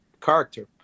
character